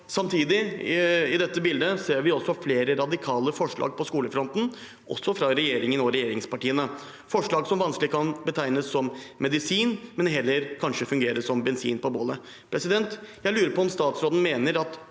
bildet ser vi også flere radikale forslag på skolefronten – også fra regjeringen og regjeringspartiene – forslag som vanskelig kan betegnes som medisin, men som kanskje heller kan fungere som bensin på bålet. Jeg lurer på om statsråden mener at